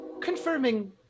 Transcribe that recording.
confirming